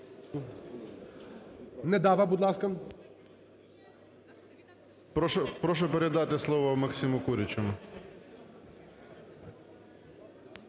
Прошу передати слово Максиму Курячому.